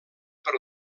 per